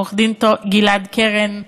עורך-דין גלעד קרן,